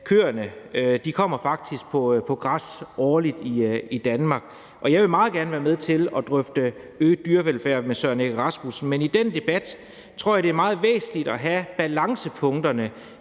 køerne faktisk på græs årligt i Danmark, og jeg vil meget gerne være med til at drøfte øget dyrevelfærd med hr. Søren Egge Rasmussen, men i den debat tror jeg det er meget væsentligt at have balancepunkterne